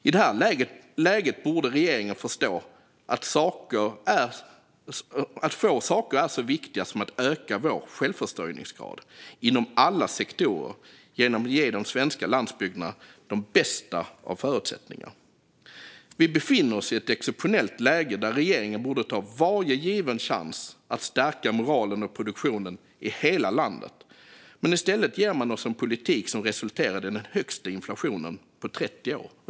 I det här läget borde regeringen förstå att få saker är så viktiga som att öka vår självförsörjningsgrad inom alla sektorer genom att ge de svenska landsbygderna de bästa förutsättningar. Vi befinner oss i ett exceptionellt läge där regeringen borde ta varje given chans att stärka moralen och produktionen i hela landet, men i stället ger den oss en politik som resulterar i den högsta inflationen på 30 år.